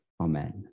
Amen